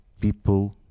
people